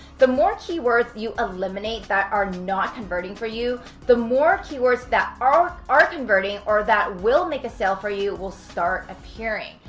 the more keywords that you eliminate that are not converting for you, the more keywords that are are converting or that will make a sale for you will start appearing.